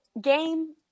game